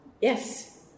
Yes